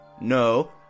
No